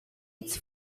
its